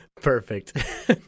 Perfect